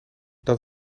dat